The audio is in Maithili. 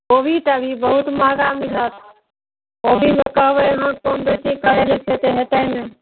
कोबी तऽ अभी बहुत महगा मिलत कोबीमे कहबै अहाँ कम बेसी करैलए से तऽ हेतै नहि